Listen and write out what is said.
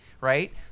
right